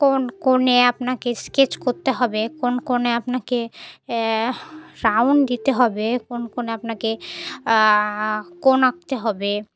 কোন কোন আপনাকে স্কেচ করতে হবে কোন কোন আপনাকে রাউন্ড দিতে হবে কোন কোন আপনাকে কোন আঁকতে হবে